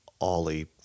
Ollie